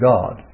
God